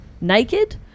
naked